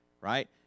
Right